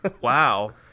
wow